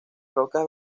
rocas